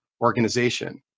Organization